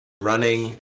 running